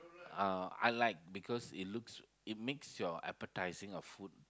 uh I like because it looks it makes your appetizing of food